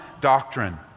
doctrine